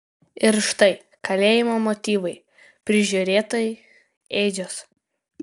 ir štai kalėjimo motyvai prižiūrėtojai ėdžios